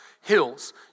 hills